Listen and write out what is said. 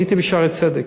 הייתי ב"שערי צדק",